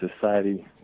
society